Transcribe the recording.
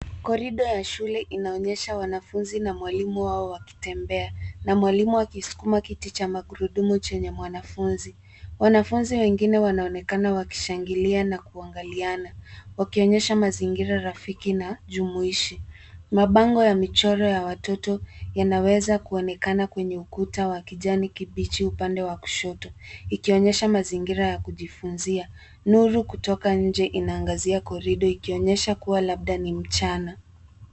Corridor ya shule inaonyesha wanafunzi na mwalimu wao wakitembea na mwalimu akiskuma kiti cha magurudumu chenye mwanafunzi. Wanafunzi wengine wanaonekana wakishangilia na kuangaliana, wakionyesha mazingira rafiki na jumuishi. Mabango ya michoro ya watoto yanaweza kuonekana kwenye ukuta wa kijani kibichi upande wa kushoto, ikionyesha mazingira ya kujifunzia. Nuru kutoka nje inaangazia corridor , ikionyesha kuwa labda ni mchana.